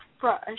brush